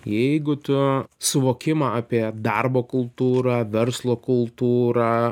jeigu tu suvokimą apie darbo kultūrą verslo kultūrą